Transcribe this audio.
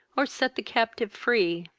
or set the captive free.